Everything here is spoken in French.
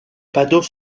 badauds